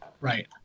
Right